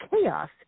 chaos